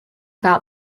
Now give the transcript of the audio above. about